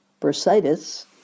bursitis